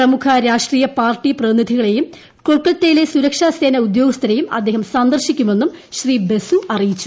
പ്രമുഖ രാഷ്ട്രീയ പാർട്ടി പ്രതിനിധികളെയ്ക്ക് ക്കാൽക്കത്തയിലെ സുരക്ഷസേന ഉദ്യോഗസ്ഥരെയുട്ട് അദ്ദേഹം സന്ദർശിക്കുമെന്നും ശ്രീ ബസു അറിയിച്ചു